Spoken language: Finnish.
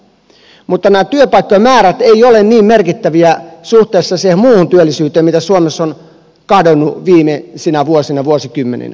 mutta nämä työpaikkojen määrät eivät ole niin merkittäviä suhteessa siihen muuhun työllisyyteen mitä suomessa on kadonnut viimeisinä vuosina vuosikymmeninä